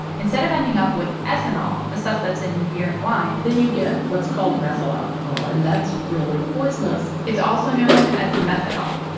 instead of ending up with ethanol, the stuff that's in beer and wine. then you get what's called methyl alcohol, and that's really poisonous it's also known as methanol,